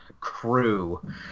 crew